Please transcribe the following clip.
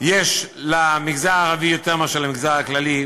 יש למגזר הערבי יותר מאשר למגזר הכללי,